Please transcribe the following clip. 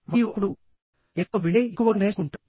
మరియు అప్పుడు ఎంత ఎక్కువ వింటే అంత ఎక్కువగా నేర్చుకుంటాడు